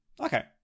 okay